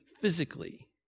physically